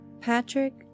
Patrick